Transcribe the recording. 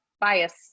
bias